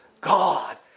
God